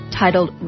titled